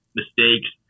mistakes